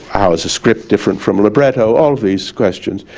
how is a script different from libretto, all these questions.